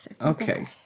Okay